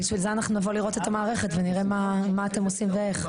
בשביל זה אנחנו נבוא לראות את המערכת ונראה מה אתם עושים ואיך.